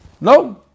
No